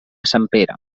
sempere